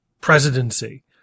presidency